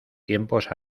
tiempos